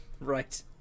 right